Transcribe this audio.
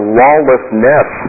lawlessness